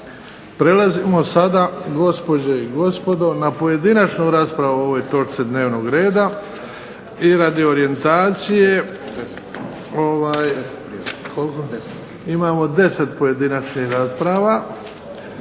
Prelazimo sada gospođe i gospodo na pojedinačnu raspravu o ovoj točci dnevnog reda. I radi orijentacije imamo 10 pojedinačnih rasprava,